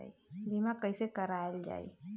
बीमा कैसे कराएल जाइ?